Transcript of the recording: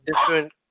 different